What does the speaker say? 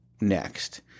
next